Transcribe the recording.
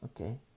Okay